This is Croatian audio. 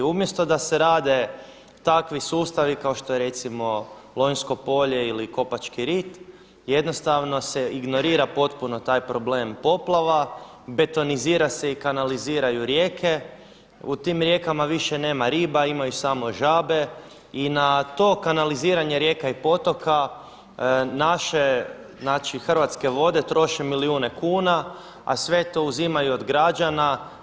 Umjesto da se rade takvi sustavi kao što je recimo Lonjsko polje ili Kopači rit jednostavno se ignorira potpuno taj problem poplava, betonizira se i kanaliziraju rijeke, u tim rijekama više nema riba, imaju samo žabe i na to kanaliziranje rijeka i potoka naše, znači Hrvatske vode troše milijune kuna a sve to uzimaju od građana.